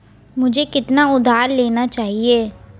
मुझे कितना उधार लेना चाहिए?